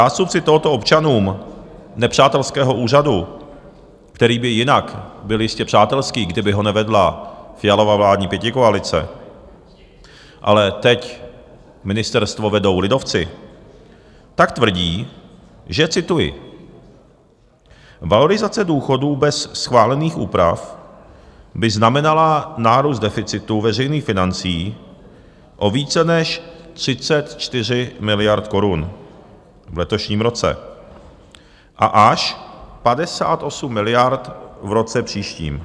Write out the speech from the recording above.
Zástupci tohoto občanům nepřátelského úřadu, který by jinak byl jistě přátelský, kdyby ho nevedla Fialova vládní pětikoalice, ale teď ministerstvo vedou lidovci, tak tvrdí, že cituji: Valorizace důchodů bez schválených úprav by znamenala nárůst deficitu veřejných financí o více než 34 miliard korun v letošním roce a až 58 miliard v roce příštím.